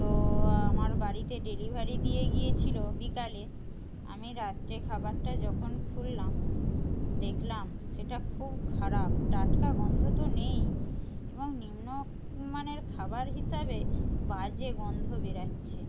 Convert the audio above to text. তো আমার বাড়িতে ডেলিভারি দিয়ে গিয়েছিলো বিকালে আমি রাত্রে খাবারটা যখন খুললাম দেখলাম সেটা খুব খারাপ টাটকা গন্ধ তো নেই এবং নিম্নমানের খাবার হিসাবে বাজে গন্ধ বেরোচ্ছে